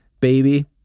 Baby